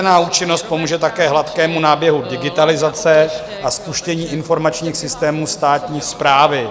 Dělená účinnost pomůže také hladkému náběhu digitalizace a spuštění informačních systémů státní správy.